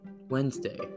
Wednesday